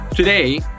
Today